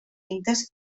índex